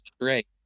great